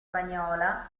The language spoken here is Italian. spagnola